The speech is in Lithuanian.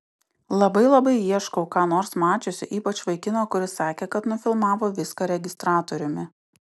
labai labai ieškau ką nors mačiusių ypač vaikino kuris sakė kad nufilmavo viską registratoriumi